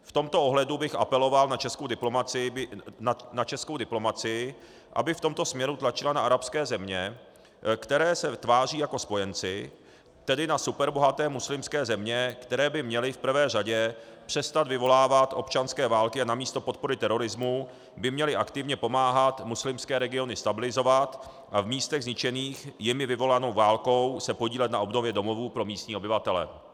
V tomto ohledu bych apeloval na českou diplomacii, aby v tomto směru tlačila na arabské země, které se tváří jako spojenci, tedy na superbohaté muslimské země, které by měly v prvé řadě přestat vyvolávat občanské války a namísto podpory terorismu by měly aktivně pomáhat muslimské regiony stabilizovat a v místech zničených jimi vyvolanou válkou se podílet na obnově domovů pro místní obyvatele.